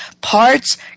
Parts